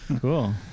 Cool